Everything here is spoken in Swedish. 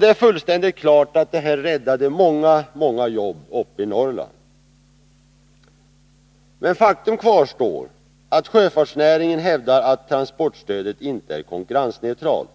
Det är fullständigt klart att detta räddade många jobb i Norrland. Faktum kvarstår att sjöfartsnäringen hävdar att transportstödet inte är konkurrensneutralt.